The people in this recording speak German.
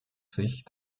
sich